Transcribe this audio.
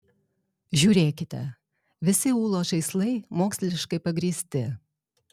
žiūrėkite visi ūlos žaislai moksliškai pagrįsti